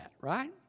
right